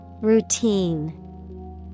Routine